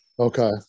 okay